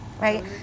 right